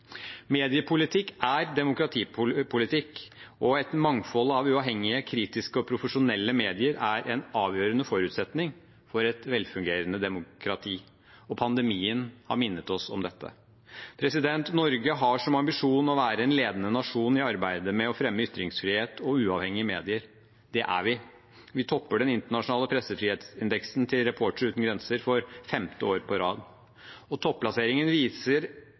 Mediepolitikk er demokratipolitikk, og et mangfold av uavhengige, kritiske og profesjonelle medier er en avgjørende forutsetning for et velfungerende demokrati. Pandemien har minnet oss om dette. Norge har som ambisjon å være en ledende nasjon i arbeidet med å fremme ytringsfrihet og uavhengige medier. Det er vi. Vi topper den internasjonale pressefrihetsindeksen til Reportere uten grenser, for femte år på rad. Topplasseringen viser